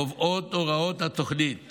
קובעות הוראות התוכנית